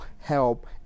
help